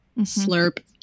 slurp